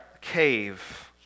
cave